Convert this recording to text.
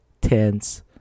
tense